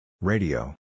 Radio